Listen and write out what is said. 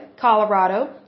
Colorado